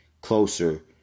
closer